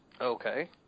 Okay